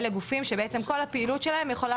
אלו גופים שבעצם כל הפעילות שלהם יכולה